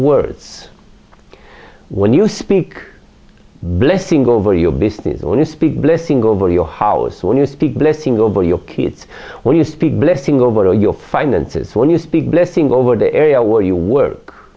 words when you speak blessing over your business or you speak blessing over your house when you speak blessing over your kids when you speak blessing over your finances when you speak blessing over the area where you work